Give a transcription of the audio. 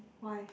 why